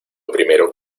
primero